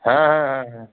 হ্যাঁ হ্যাঁ হ্যাঁ হ্যাঁ